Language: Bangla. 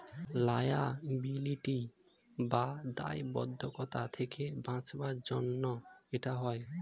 লায়াবিলিটি বা দায়বদ্ধতা থেকে বাঁচাবার জন্য এটা হয়